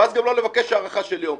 ואז גם לא לבקש הארכה של יום.